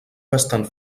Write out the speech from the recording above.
bastant